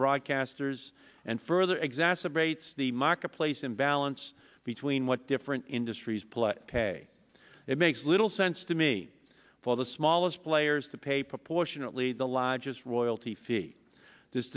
broadcasters and further exacerbates the marketplace imbalance between what different industries play hey it makes little sense to me for the smallest players to pay proportionately the largest royalty fee this